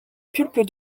pulpe